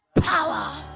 power